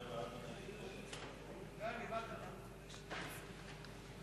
והוראת שעה) (שירות במשטרה ושירות מוכר)